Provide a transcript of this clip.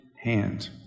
hand